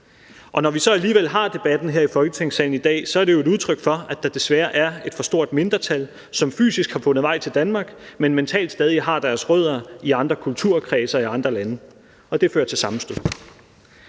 når vi så alligevel har debatten her i Folketingssalen i dag, er det jo et udtryk for, at der desværre er et for stort mindretal, som fysisk har fundet vej til Danmark, men mentalt stadig har deres rødder i andre kulturkredse og i andre lande, og det fører til sammenstød.